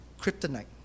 kryptonite